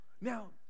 Now